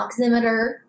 oximeter